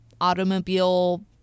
automobile